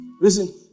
Listen